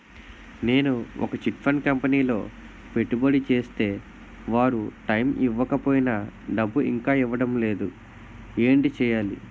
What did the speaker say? నేను ఒక chit fund కంపెనీలో పెట్టుబడి చేస్తే వారు టైమ్ ఇవ్వకపోయినా డబ్బు ఇంకా ఇవ్వడం లేదు ఏంటి చేయాలి?